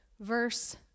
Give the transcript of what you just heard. verse